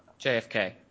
JFK